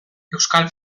euskal